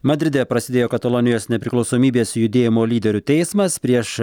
madride prasidėjo katalonijos nepriklausomybės judėjimo lyderių teismas prieš